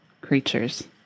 creatures